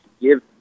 give